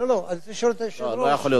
לשאול את היושב-ראש, לא.